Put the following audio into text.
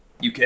UK